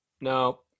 No